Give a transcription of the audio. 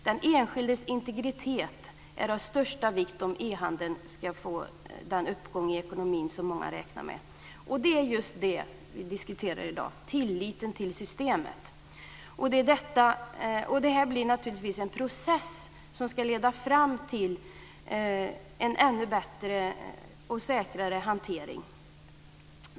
Den enskildes integritet är av största vikt, om e-handeln ska få den uppgång i ekonomin som många räknar med. Det är just det vi diskuterar i dag - tilliten till systemet. Det blir en process som ska leda fram till en ännu bättre och säkrare hantering.